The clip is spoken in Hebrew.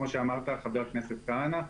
כמו שאמרת חבר הכנסת כהנא.